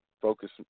focus